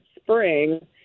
spring